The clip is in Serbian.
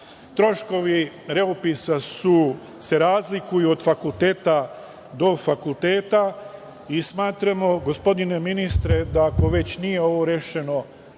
Troškovi reupisa se razlikuju od fakulteta do fakulteta. Smatramo, gospodine ministre, da ako već ovo nije rešeno